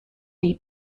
dei